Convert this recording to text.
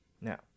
Now